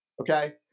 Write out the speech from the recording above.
Okay